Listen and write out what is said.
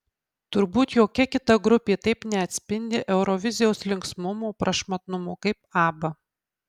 turbūt jokia kita grupė taip neatspindi eurovizijos linksmumo prašmatnumo kaip abba